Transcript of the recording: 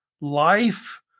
life